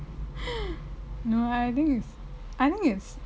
no I think is I think is